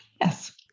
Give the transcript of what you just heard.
Yes